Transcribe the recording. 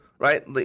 Right